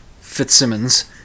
Fitzsimmons